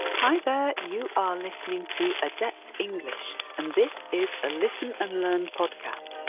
hi there you are listening to adept english and this is a listen and learn podcast.